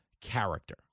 character